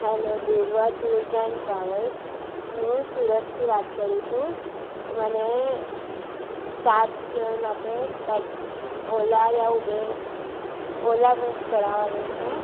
hello Durva tours and travels હું સુરતથી વાત કરું છું મને સ સાત જણ માટે ઓલા યા ઉબેર ઓલા બુક કરાવવાનું છે